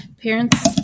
parents